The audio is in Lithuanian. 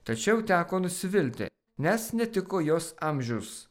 tačiau teko nusivilti nes netiko jos amžius